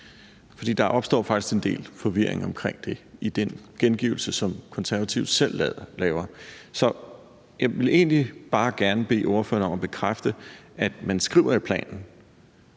der opstår faktisk en del forvirring omkring den i den gengivelse, som Konservative selv laver. Så jeg vil egentlig bare gerne bede ordføreren om at bekræfte, at man i planen